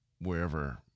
wherever